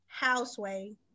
Houseway